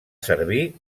servir